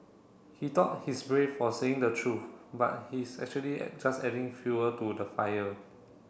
he thought he's brave for saying the truth but he's actually just adding fuel to the fire